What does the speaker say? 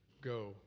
go